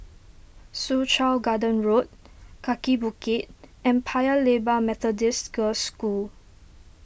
Soo Chow Garden Road Kaki Bukit and Paya Lebar Methodist Girls' School